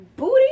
booty